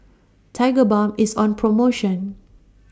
Tigerbalm IS on promotion